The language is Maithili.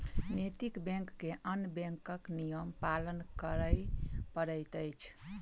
नैतिक बैंक के अन्य बैंकक नियम पालन करय पड़ैत अछि